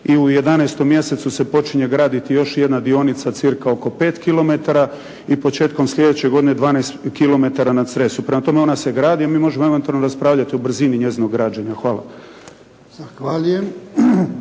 i u 11. mjesecu se počinje graditi još jedna dionica cca oko 5 kilometara i početkom sljedeće godine 12 kilometara na Cresu, prema tome ona se gradi, a mi možemo eventualno raspravljati o brzini njezinog građenja. Hvala.